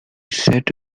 set